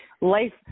life